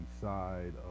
side